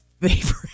favorite